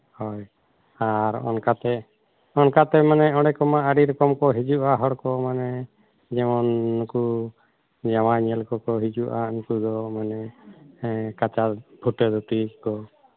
ᱦᱳᱭ ᱟᱨ ᱚᱱᱠᱟᱛᱮ ᱚᱱᱠᱟᱛᱮ ᱢᱟᱱᱮ ᱚᱸᱰᱮ ᱠᱚᱢᱟ ᱟᱹᱰᱤ ᱠᱚᱢ ᱠᱚ ᱦᱤᱡᱩᱜᱼᱟ ᱦᱚᱲᱠᱚ ᱢᱟᱱᱮ ᱡᱮᱢᱚᱱ ᱱᱩᱠᱩ ᱡᱟᱶᱟᱭ ᱧᱮᱞ ᱠᱚᱠᱚ ᱦᱤᱡᱩᱜᱼᱟ ᱩᱱᱠᱩ ᱫᱚ ᱢᱟᱱᱮ ᱦᱮᱸ ᱠᱟᱪᱟ ᱯᱷᱩᱴᱟᱹ ᱫᱷᱩᱛᱤ ᱠᱚ